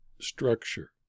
structure